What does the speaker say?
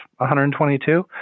122